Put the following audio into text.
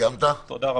תודה רבה.